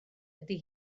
ydy